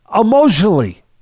emotionally